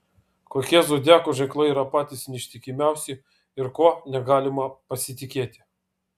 kokie zodiako ženklai yra patys neištikimiausi ir kuo negalima pasitikėti